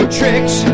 tricks